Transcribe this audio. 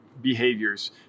behaviors